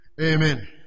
Amen